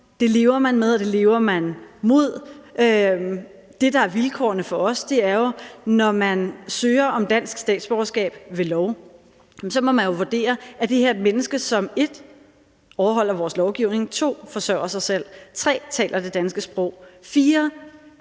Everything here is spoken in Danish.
Det lever man med, og det lever man mod. Det, der er vilkårene for os, er jo, at når man søger om dansk statsborgerskab ved lov, må det vurderes, om det her er et menneske, som 1) overholder vores lovgivning, og 2) forsørger sig selv, 3) taler det danske sprog, og